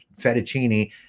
fettuccine